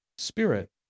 Spirit